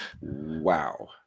Wow